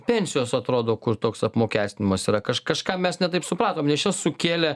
pensijos atrodo kur toks apmokestinimas yra kažk kažką mes ne taip supratom nes čia sukėlė